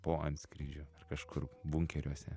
po antskrydžio ar kažkur bunkeriuose